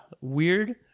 weird